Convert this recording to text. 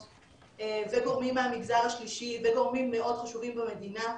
וגורמים מהמגזר השלישי וגורמים מאוד חשובים במדינה,